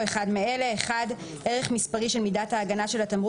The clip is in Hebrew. אחד מאלה: (1) ערך מספרי של מידת ההגנה של התמרוק